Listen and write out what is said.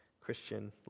Christian